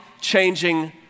changing